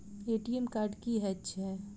ATM card की हएत छै?